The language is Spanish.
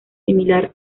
similar